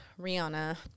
Rihanna